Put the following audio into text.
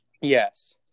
Yes